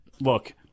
look